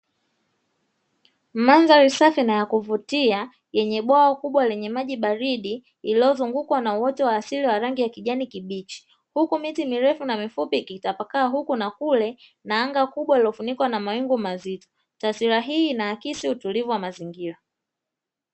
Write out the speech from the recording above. Mandhari safi na yakuvutia yenye bwawa kubwa lenye maji baridi, iliyozungukwa na uoto wa asili wa rangi ya kijani kibichi, huku miti mirefu na mifupi ikitapakaa huku na kule na anga kubwa lililofunikwa na mawingu mazito, taswira hii inaakisi utulivu wa mazingira.